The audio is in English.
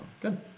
Good